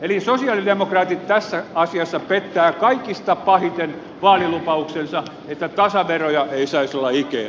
eli sosialidemokraatit pettävät kaikista pahiten vaalilupauksensa itätasaveroja ei saislajikkeet